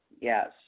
Yes